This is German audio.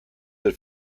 der